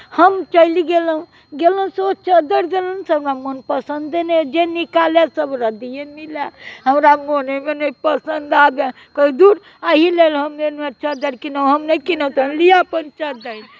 हम चलि गेलहुँ गेलहुँ से ओ चद्दरि देलनि से हमरा मनपसन्दे नहि जे निकालय सभ रद्दिए मिलए हमरा मोनेमे नहि पसन्द आबय कही धूर एहिलेल हम एलहुँ चद्दरि कीनय हम नहि कीनब तीनब लिअ अपन चद्दरि